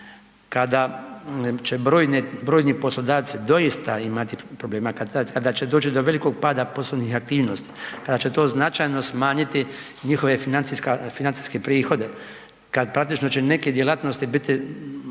kada će brojni poslodavci doista imati problema, kada će doći do velikog pada poslovnih aktivnosti, kada će to značajno smanjiti njihove financijske prihode, kad praktično će neke djelatnosti biti